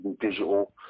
Digital